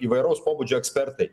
įvairaus pobūdžio ekspertai